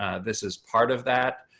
ah this is part of that.